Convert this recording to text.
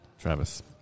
Travis